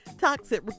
toxic